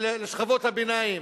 לשכבות הביניים.